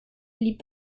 blieb